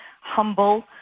humble